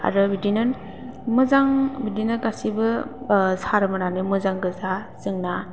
आरो बिदिनो मोजां बिदिनो गासैबो सारमोनानो मोजां गोजा जोंना